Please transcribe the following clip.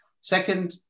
Second